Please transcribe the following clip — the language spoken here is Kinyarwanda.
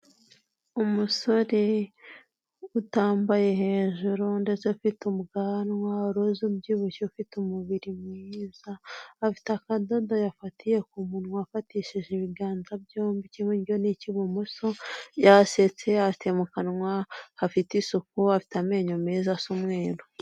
Umusore utambaye hejuru ndetse afite ubwanwa, uruzi ubyibushye ufite umubiri mwiza, afite akadodo yafatiye ku munwa afatishije ibiganza byombi, icy'iburyo n'icy'ibumoso, yasetse afite mu kanwa hafite isuku, afite amenyo meza asa umweru.